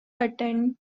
attend